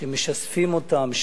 שמשספים אותם,